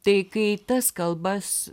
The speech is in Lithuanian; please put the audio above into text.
tai kai tas kalbas